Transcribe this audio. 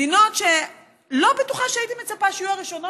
מדינות שלא בטוחה שהייתי מצפה שיהיו הראשונות